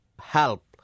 help